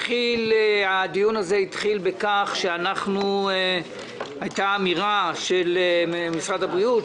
הדיון הזה התחיל בכך שהיתה אמירה של משרד הבריאות,